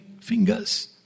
fingers